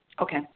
Okay